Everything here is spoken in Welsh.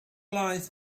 laeth